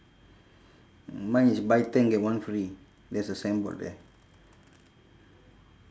mine is buy ten get one free there's a sign board there